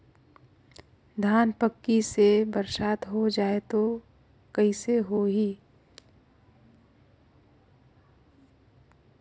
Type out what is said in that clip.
धान पक्की से बरसात हो जाय तो कइसे हो ही?